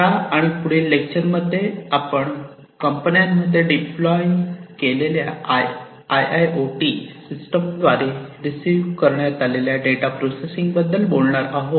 या आणि पुढील लेक्चर मध्ये आपण कंपन्यांमध्ये डिप्लॉय केलेल्या I I O T system द्वारे रिसीव्ह करण्यात आलेल्या डेटा प्रोसेसिंग बद्दल बोलणार आहोत